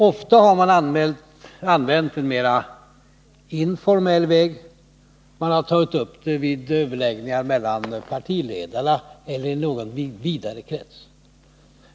Ofta har man använt en mer informell väg — man har tagit upp saken vid överläggningar mellan partiledarna eller i någon vidare krets.